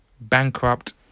bankrupt